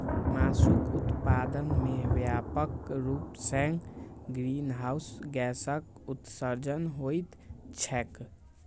मासुक उत्पादन मे व्यापक रूप सं ग्रीनहाउस गैसक उत्सर्जन होइत छैक